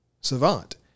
Savant